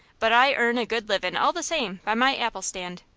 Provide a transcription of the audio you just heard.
but i earn a good livin' all the same by my apple-stand.